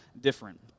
different